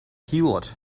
heelot